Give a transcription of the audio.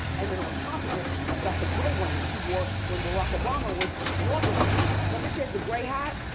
and then on top of it, i've got the gray one that she wore when barack obama was inaugurated. remember she had the gray hat?